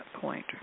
point